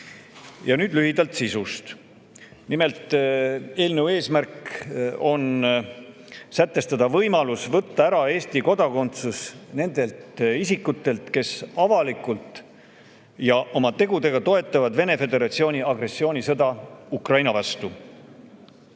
vastu.""Lühidalt sisust. Eelnõu eesmärk on sätestada võimalus võtta ära Eesti kodakondsus nendelt isikutelt, kes avalikult ja oma tegudega toetavad Vene föderatsiooni agressioonisõda Ukraina vastu.